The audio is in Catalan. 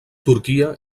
turquia